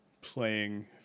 playing